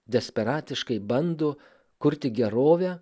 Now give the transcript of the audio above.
desperatiškai bando kurti gerovę